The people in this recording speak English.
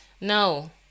no